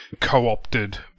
co-opted